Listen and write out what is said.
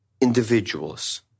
individuals